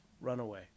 runaway